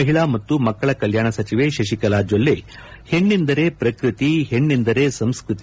ಮಹಿಳಾ ಮತ್ತು ಮಕ್ಕಳ ಕಲ್ಯಾಣ ಸಚಿವೆ ಶಶಿಕಲಾ ಜೊಲ್ಲೆ ಹೆಣ್ಣಂದರೆ ಪ್ರಕೃತಿ ಹೆಣ್ಣಂದರೆ ಸಂಸ್ನತಿ